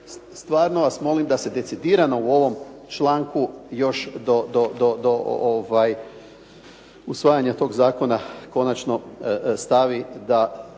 stvarno vas molim da se decidirano u ovom članku još usvajanje tog zakona konačno to stavi da